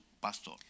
pastor